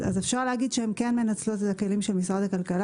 אפשר להגיד שהן מנצלות את הכלים של משרד הכלכלה